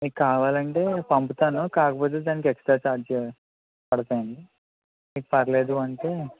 మీకు కావాలంటే పంపుతాను కాకపోతే దానికి ఎక్స్ట్రా ఛార్జ్ పడుతాయండి పర్లేదు అంటే